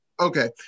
Okay